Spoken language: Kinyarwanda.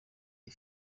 iyi